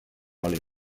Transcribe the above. oli